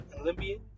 Olympian